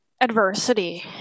Adversity